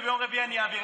וביום רביעי אני אעביר.